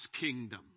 kingdom